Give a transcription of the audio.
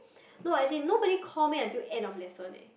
no as in nobody call me until end of lesson eh